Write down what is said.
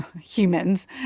humans